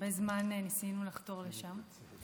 הרבה זמן ניסינו לחתור לשם.